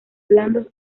blandos